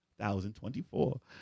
2024